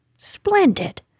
Splendid